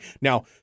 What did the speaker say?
Now